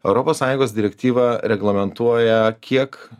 europos sąjungos direktyva reglamentuoja kiek